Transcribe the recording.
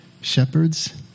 shepherds